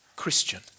Christian